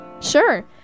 Sure